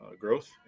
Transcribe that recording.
growth